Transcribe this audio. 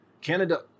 Canada